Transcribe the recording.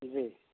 जी